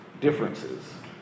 differences